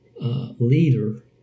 leader